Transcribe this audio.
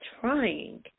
trying